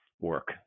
work